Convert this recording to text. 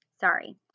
Sorry